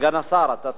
סגן השר, אתה תשיב.